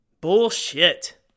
Bullshit